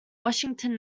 washington